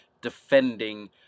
defending